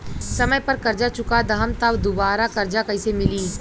समय पर कर्जा चुका दहम त दुबाराकर्जा कइसे मिली?